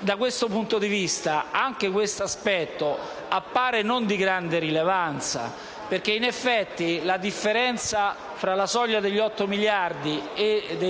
Da questo punto di vista, anche quest'aspetto non appare di grande rilevanza. In effetti, differenza tra la soglia degli 8 miliardi e quella